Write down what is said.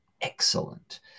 excellent